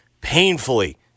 painfully